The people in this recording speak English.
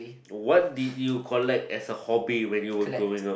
what did you collect as a hobby when you were growing up